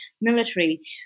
military